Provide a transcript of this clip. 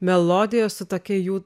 melodijos su tokia jų